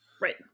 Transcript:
Right